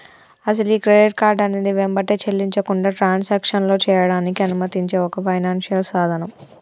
అసలు ఈ credit card అనేది వెంబటే చెల్లించకుండా ట్రాన్సాక్షన్లో చేయడానికి అనుమతించే ఒక ఫైనాన్షియల్ సాధనం